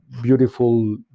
beautiful